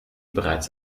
bereits